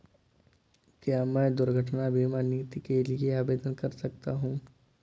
क्या मैं दुर्घटना बीमा नीति के लिए आवेदन कर सकता हूँ?